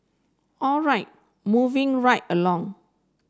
all right moving right along